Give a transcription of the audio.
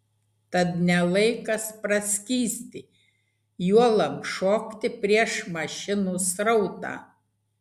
tad ne laikas praskysti juolab šokti prieš mašinų srautą